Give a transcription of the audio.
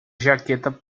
jaqueta